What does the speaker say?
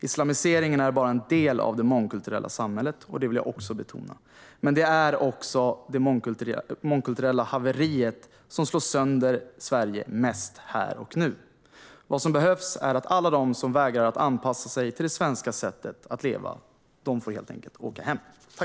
Islamiseringen är bara en del av det mångkulturella samhället. Det vill jag också betona. Men det är det mångkulturella haveriet som slår sönder Sverige mest här och nu. Vad som behövs är att alla de som vägrar att anpassa sig till det svenska sättet att leva helt enkelt får åka hem.